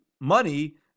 money